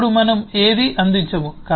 ఇప్పుడు మనము ఏదీ అందించము